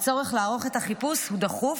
הצורך לערוך את החיפוש הוא דחוף,